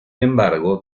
embargo